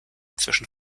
zwischen